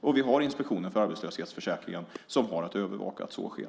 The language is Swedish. Och vi har Inspektionen för arbetslöshetsförsäkringen som har att övervaka att så sker.